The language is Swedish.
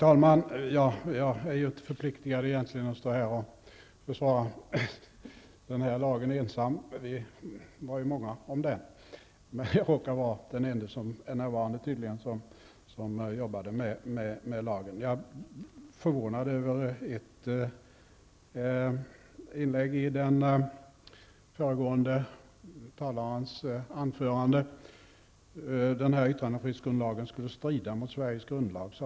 Herr talman! Jag är inte förpliktigad att här ensam försvara yttrandefrihetslagen. Vi var många som arbetade med lagförslaget, men jag råkar vara den ende av dessa som är närvarande i kammaren just nu. Jag är förvånad över den senaste talarens påstående att den nya yttrandefrihetsgrundlagen skulle strida mot Sveriges grundlag.